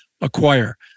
acquire